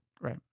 Right